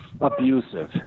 abusive